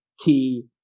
key